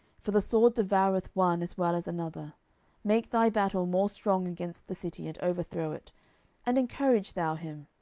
for the sword devoureth one as well as another make thy battle more strong against the city, and overthrow it and encourage thou him.